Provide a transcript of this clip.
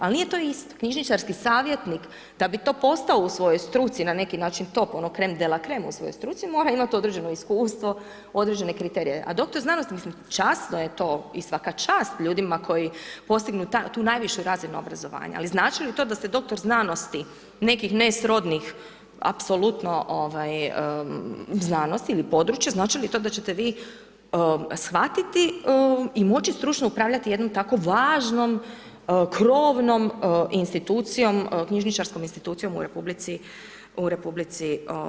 Ali nije to isto, knjižničarski savjetnik da bi to postao u svojoj struci na neki način top, ono creme de la creme, u svojoj struci, mora imati određeno iskustvo, određene kriterije, a doktor znanosti, mislim časno je to i svaka čast ljudima koji postignu tu najvišu razinu obrazovanja, ali znači li to da ste doktor znanosti nekih nesrodnih, apsolutno znanosti ili područja, znači li to da ćete vi shvatiti i moći stručno upravljati jednom tako važnom krovnom institucijom, knjižničarskom institucijom u RH.